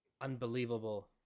unbelievable